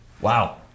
Wow